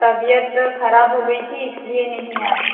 तबियत खराब हो गई थी इसलिए नहीं आएँ